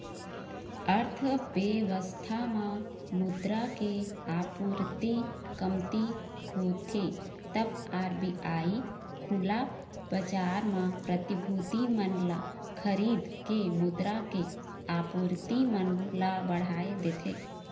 अर्थबेवस्था म मुद्रा के आपूरति कमती होथे तब आर.बी.आई खुला बजार म प्रतिभूति मन ल खरीद के मुद्रा के आपूरति मन ल बढ़ाय देथे